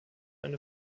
eine